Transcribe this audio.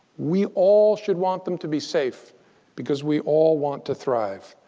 we all should want them to be safe because we all want to thrive.